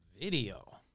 video